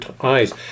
eyes